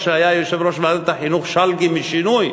בזמנה, כשהיה יושב-ראש ועדת החינוך שלגי משינוי,